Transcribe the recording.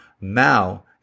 Mao